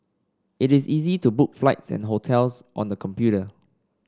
it is easy to book flights and hotels on the computer